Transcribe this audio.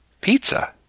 pizza